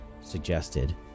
suggested